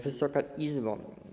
Wysoka Izbo!